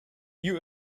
you